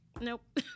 nope